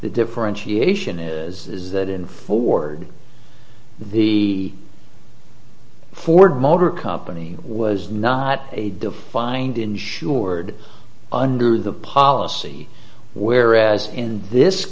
the differentiation is that in ford the ford motor company was not a defined insured under the policy where as in this